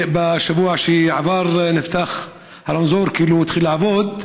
בשבוע שעבר נפתח הרמזור, התחיל לעבוד,